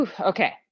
okay